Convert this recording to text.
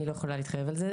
אני לא יכולה להתחייב על זה.